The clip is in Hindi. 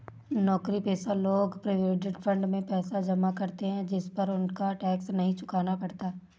नौकरीपेशा लोग प्रोविडेंड फंड में पैसा जमा करते है जिस पर उनको टैक्स नहीं चुकाना पड़ता